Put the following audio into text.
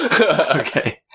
Okay